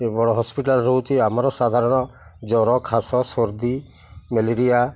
କେବଳ ହସ୍ପିଟାଲ ରହୁଛି ଆମର ସାଧାରଣ ଜ୍ୱର କାଶ ସର୍ଦୀ ମ୍ୟାଲେରିଆ